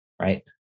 Right